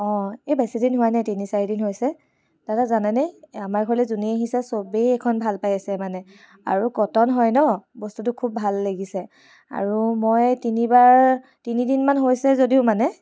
অ' এ বেছিদিন হোৱা নাই তিনি চাৰি দিন হৈছে দাদা জানেনে আমাৰ ঘৰলে জোনেই আহিছে চবেই এখন ভাল পাই আছে মানে আৰু কটন হয় ন' বস্তুটো খুব ভাল লাগিছে আৰু মই তিনিবাৰ তিনিদিনমান হৈছে যদিও মানে